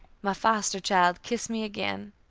my foster child, kissed me again.